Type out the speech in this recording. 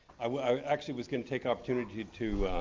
i actually was gonna take opportunity to